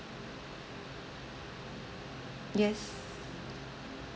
yes